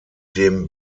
dem